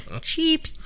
Cheap